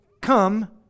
come